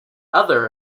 other